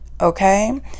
okay